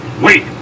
Wait